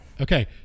okay